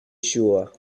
sure